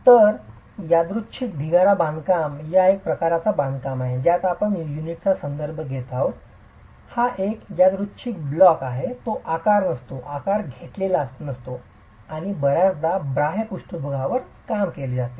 तर यादृच्छिक ढिगारा बांधकाम हा एक प्रकारचा बांधकाम आहे ज्यात आपण ज्या युनिटचा संदर्भ घेत आहोत हा एक यादृच्छिक ब्लॉक आहे तो आकार नसतो आकार घेतलेला नसतो आणि बर्याचदा बाह्य पृष्ठभागावरच काम केले जाते